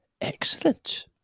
Excellent